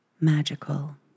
magical